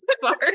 Sorry